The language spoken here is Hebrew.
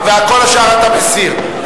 וכל השאר אתה מסיר.